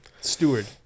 steward